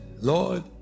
Lord